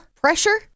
pressure